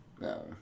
No